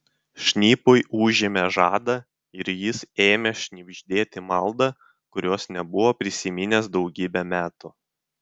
šnipui užėmė žadą ir jis ėmė šnibždėti maldą kurios nebuvo prisiminęs daugybę metų